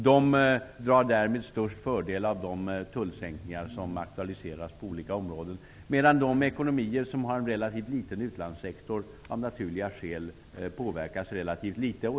De drar därmed störst fördelar av de tullsänkningar som aktualiseras på olika områden, medan de ekonomier som har en relativt liten utlandssektor av naturliga skäl påverkas relativt litet.